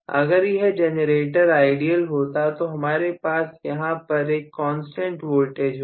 अगर यह generator ideal होता तो हमारे पास यहां पर एक कांस्टेंट वोल्टेज होती